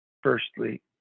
Firstly